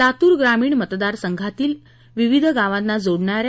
लातूर ग्रामीण मतदार संघातील विविध गावांना जोडणाऱ्या